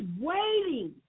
waiting